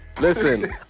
Listen